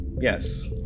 yes